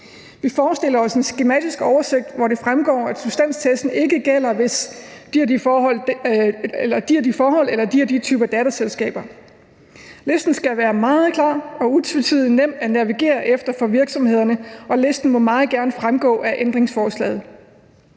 Vi forestiller os en skematisk oversigt, hvor det fremgår, at substansen ikke gælder, hvis der er tale om de og de forhold eller de og de typer datterselskaber. Listen skal være meget klar, utvetydig og nem at navigere efter for virksomhederne, og listen må meget gerne fremgå af ændringsforslaget.